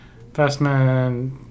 Investment